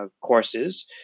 courses